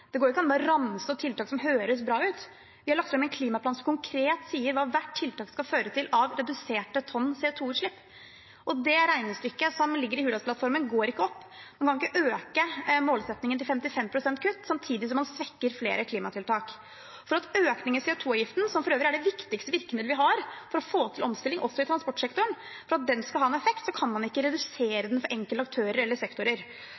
Det går jo ikke an å ramse opp tiltak som høres bra ut. Vi har lagt fram en klimaplan som konkret sier hva hvert tiltak skal føre til av reduserte tonn CO 2 -utslipp. Det regnestykket som ligger i Hurdalsplattformen, går ikke opp. Man kan ikke øke målsettingen til 55 pst. kutt samtidig som man svekker flere klimatiltak. For at økning i CO 2 -avgiften, som for øvrig er det viktigste virkemidlet vi har for å få til omstilling også i transportsektoren, skal ha en effekt, kan man ikke redusere den for enkelte aktører eller sektorer.